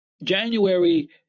january